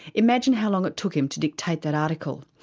imagine how long it took him to dictate that article.